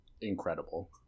incredible